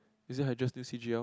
is it hydra C_G_L